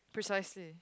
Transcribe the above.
precisely